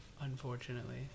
Unfortunately